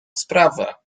sprawę